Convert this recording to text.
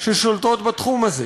ששולטות בתחום הזה.